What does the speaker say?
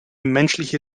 menschliche